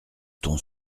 ton